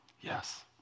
Yes